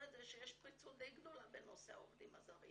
זה שיש פריצות די גדולה אצל העובדים הזרים